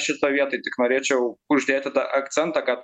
šitoj vietoj tik norėčiau uždėt tada akcentą kad